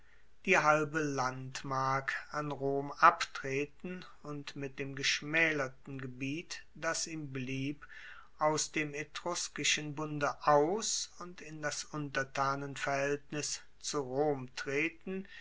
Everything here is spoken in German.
die halbe landmark an rom abtreten und mit dem geschmaelerten gebiet das ihm blieb aus dem etruskischen bunde aus und in das untertanenverhaeltnis zu rom treten